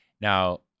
Now